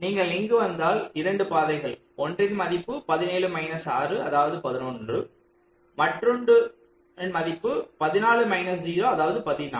நீங்கள் இங்கு வந்தால் 2 பாதைகள் ஒன்றின் மதிப்பு 17 மைனஸ் 6 அதாவது 11 மற்றொன்றின் மதிப்பு 14 மைனஸ் 0 அதாவது 14